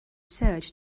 search